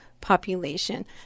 population